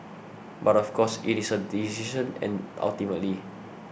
but of course it is her decision and ultimately